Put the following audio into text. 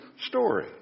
story